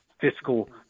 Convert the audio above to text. fiscal